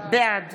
בעד